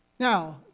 Now